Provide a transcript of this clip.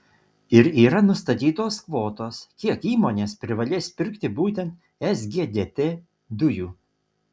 ir yra nustatytos kvotos kiek įmonės privalės pirkti būtent sgdt dujų